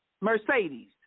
Mercedes